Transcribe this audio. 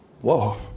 Whoa